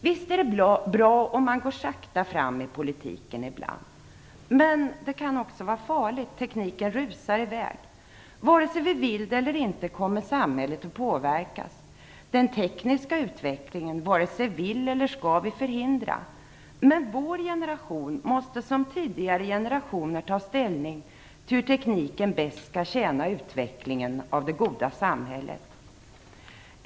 Visst är det bra om man går sakta fram i politiken ibland, men det kan också vara farligt. Tekniken rusar i väg. Vare sig vi vill det eller inte kommer samhället att påverkas. Den tekniska utvecklingen varken vill eller skall vi förhindra. Vår generation liksom tidigare generationer måste ta ställning till hur tekniken bäst skall tjäna utvecklingen av det goda samhället.